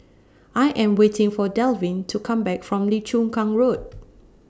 I Am waiting For Dalvin to Come Back from Lim Chu Kang Road